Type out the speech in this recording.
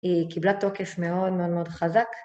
היא קיבלה תוקף מאוד מאוד מאוד חזק.